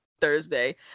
thursday